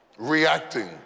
Reacting